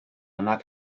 nac